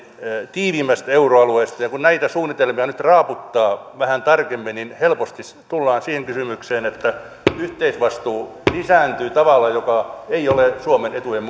tiiviimmästä euroalueesta kun näitä suunnitelmia nyt raaputtaa vähän tarkemmin niin helposti tullaan siihen kysymykseen että yhteisvastuu lisääntyy tavalla joka ei ole suomen etujen